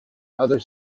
other